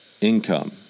Income